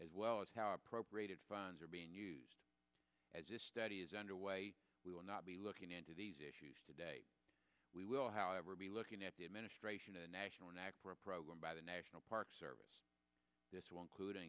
as well as how appropriated funds are being used as this study is underway we will not be looking into these issues today we will however be looking at the administration a national and act for a program by the national park service this will include